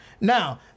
Now